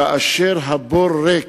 כאשר הבור ריק,